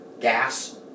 gas